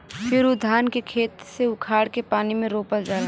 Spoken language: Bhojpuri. फिर उ धान के खेते से उखाड़ के पानी में रोपल जाला